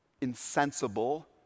insensible